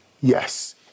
Yes